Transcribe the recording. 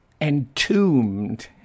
entombed